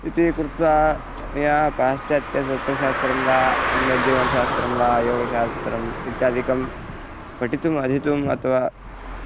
इति कृत्वा मया पाश्चात्यतत्वशास्त्रं वा अन्यज्जीवनशास्त्रं वा योगशास्त्रम् इत्यादिकं पठितुम् अध्येतुम् अथवा